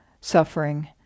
suffering